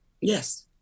yes